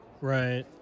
right